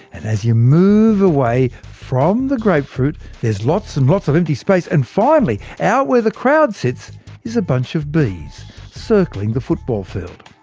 and as you move away from the grapefruit, there's lots and lots of empty space, and finally out where the crowd sits is a bunch of bees circling the football field.